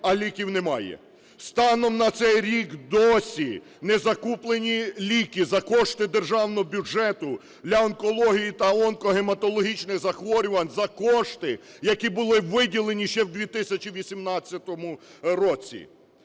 а ліків немає. Станом на цей рік досі не закуплені ліки за кошти державного бюджету для онкології та онкогематологічного захворювань за кошти, які були виділені ще в 2018 році.